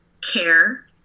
care